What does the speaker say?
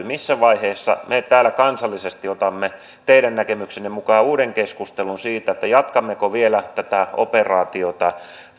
missä vaiheessa me täällä kansallisesti otamme teidän näkemyksenne mukaan uuden keskustelun siitä jatkammeko vielä tätä operaatiota